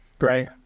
right